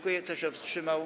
Kto się wstrzymał?